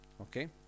okay